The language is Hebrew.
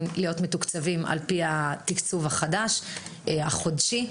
להיות מתוקצבים על פי התקצוב החדש החודשי.